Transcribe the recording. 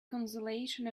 consolation